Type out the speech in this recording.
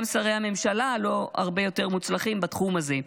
גם שרי הממשלה לא הרבה יותר מוצלחים בתחום הזה.